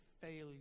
failure